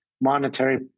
monetary